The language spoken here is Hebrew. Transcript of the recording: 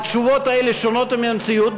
התשובות האלה שונות מהמציאות,